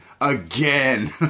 again